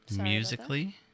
musically